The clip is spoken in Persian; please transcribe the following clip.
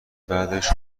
بعدش